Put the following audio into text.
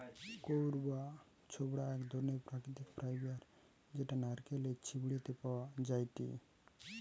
কইর বা ছোবড়া এক ধরণের প্রাকৃতিক ফাইবার যেটা নারকেলের ছিবড়ে তে পাওয়া যায়টে